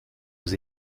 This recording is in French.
aux